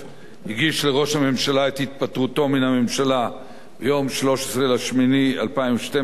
הגיש לראש הממשלה את התפטרותו מן הממשלה ביום 13 באוגוסט 2012,